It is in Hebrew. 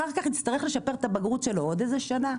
אחר כך נצטרך לשפר את הבגרות שלו עוד שנה,